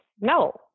No